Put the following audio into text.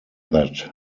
that